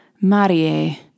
Marie